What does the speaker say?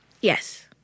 Yes